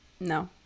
No